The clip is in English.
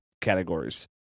categories